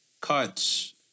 cuts